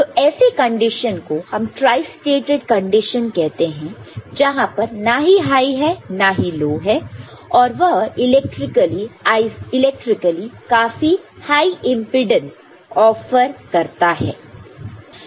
तो ऐसे कंडीशन को हम ट्राईस्टेटड कंडीशन कहते हैं जहां पर ना ही हाई है ना लो है और वह इलेक्ट्रिकली काफी हाई इंपेडेंस ऑफर करता है